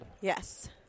yes